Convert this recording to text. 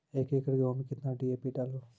एक एकरऽ गेहूँ मैं कितना डी.ए.पी डालो?